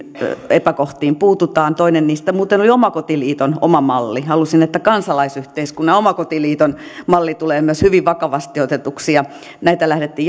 epäkohtiin puututaan toinen niistä muuten oli omakotiliiton oma malli halusin että kansalaisyhteiskunnan ja omakotiliiton mallit tulevat myös hyvin vakavasti otetuksi näitä lähdettiin